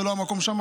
זה לא המקום שם,